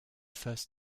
first